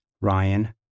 Ryan